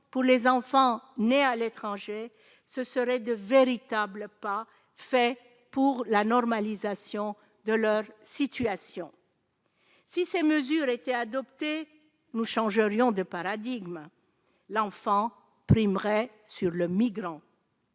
pour les enfants nés à l'étranger, ce serait de véritables pas fait pour la normalisation de leur situation, si ces mesures ont été adoptées nous change Lyon de paradigme l'enfant primerait sur le migrant.